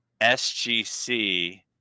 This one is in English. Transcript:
sgc